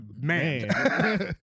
man